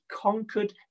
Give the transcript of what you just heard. conquered